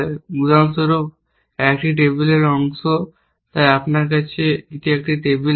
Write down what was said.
উদাহরণস্বরূপ একটি টেবিলের অংশ তাই আপনার কাছে একটি টেবিল আছে